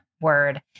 word